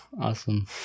Awesome